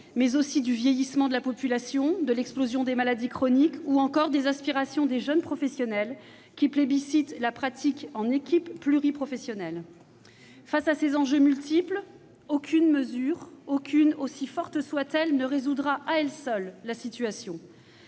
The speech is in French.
ainsi que du vieillissement de la population, de l'explosion des maladies chroniques, ou encore des aspirations des jeunes professionnels, qui plébiscitent la pratique en équipe pluriprofessionnelle. Face à ces enjeux multiples, aucune mesure, aussi forte soit-elle, ne résoudra, à elle seule, la situation.